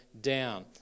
down